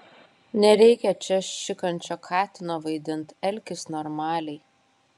nereikia čia šikančio katino vaidint elkis normaliai